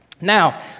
Now